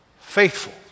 faithful